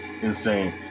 insane